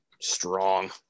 strong